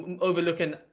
overlooking